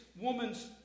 woman's